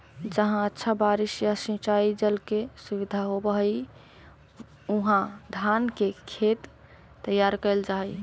जहाँ अच्छा बारिश या सिंचाई जल के सुविधा होवऽ हइ, उहाँ धान के खेत तैयार कैल जा हइ